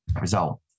result